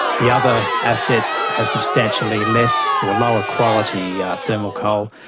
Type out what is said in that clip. the other assets have substantially less or lower quality thermal coal,